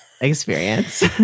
experience